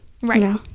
Right